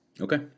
Okay